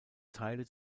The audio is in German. teile